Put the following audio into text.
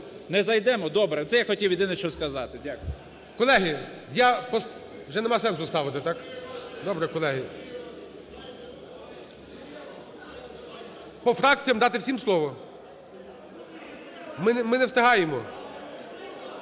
Не зайдемо? Добре. Це я хотів єдине, що сказати. Дякую. ГОЛОВУЮЧИЙ. Колеги, я… вже немає сенсу ставити, так? Добре, колеги. По фракціям дати всім слово? Ми не встигаємо.